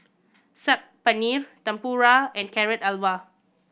Saag Paneer Tempura and Carrot Halwa